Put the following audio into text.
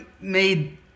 made